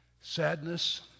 Sadness